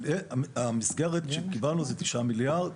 המסגרת שקיבלנו היא תשעה מיליארד.